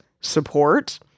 support